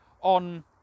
on